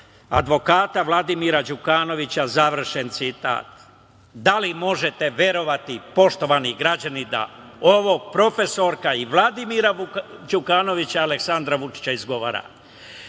advokata Vladimira Đukanovića. Završen citat. Da li možete verovati, poštovani građani, da ovo profesorka i Vladimira Đukanovića i Aleksandra Vučića izgovara? Ovim